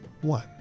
one